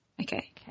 Okay